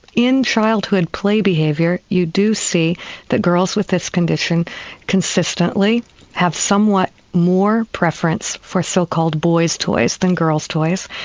in childhood play behaviour you do see that girls with this condition consistently have somewhat more preference for so-called boys' toys than girls' toys.